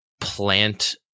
plant